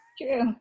True